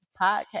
podcast